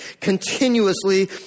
continuously